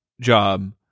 job